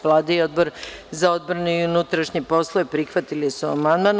Vlada i Odbor za odbranu i unutrašnje poslove prihvatili su amandman.